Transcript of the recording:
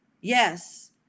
Yes